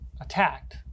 attacked